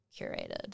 curated